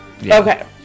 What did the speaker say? Okay